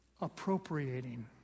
appropriating